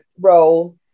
role